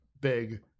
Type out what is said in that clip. big